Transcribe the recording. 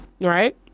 Right